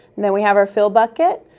then we have our fill bucket,